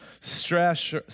stress